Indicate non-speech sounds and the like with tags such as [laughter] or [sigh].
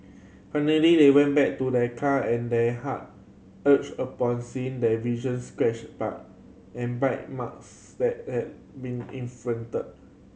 finally they went back to their car and their heart ached upon seeing the [unintelligible] scratch by and bite marks that had been inflicted